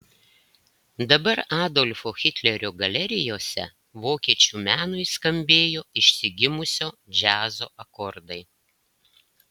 dabar adolfo hitlerio galerijose vokiečių menui skambėjo išsigimusio džiazo akordai